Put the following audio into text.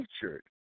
featured